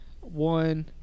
one